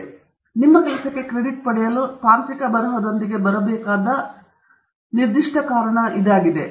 ಆದ್ದರಿಂದ ಇದು ನಿಮ್ಮ ಮುಖ್ಯ ಕೆಲಸವಾಗಿದೆ ನಿಮ್ಮ ಕೆಲಸಕ್ಕೆ ಕ್ರೆಡಿಟ್ ಪಡೆಯಲು ಮತ್ತು ತಾಂತ್ರಿಕ ಬರಹದೊಂದಿಗೆ ಬರಬೇಕಾದ ನಿರ್ದಿಷ್ಟ ಕಾರಣವಾಗಿದೆ